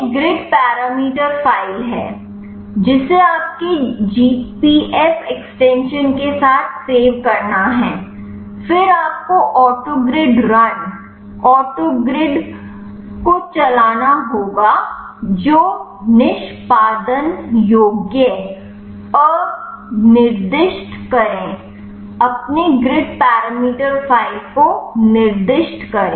यह grid parameter file है जिसे आपको जीपीएफ एक्सटेंशन के साथ सेव करना है फिर आपको ऑटोग्रिड रन ऑटोग्रिड को चलाना होगा जो निष्पादन योग्य अनिर्दिष्ट करें अपने ग्रिड पैरामीटर फ़ाइल को निर्दिष्ट करें